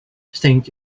saint